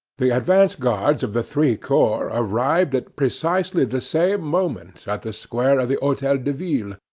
the advance guards of the three corps arrived at precisely the same moment at the square of the hotel de ville,